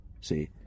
See